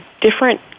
different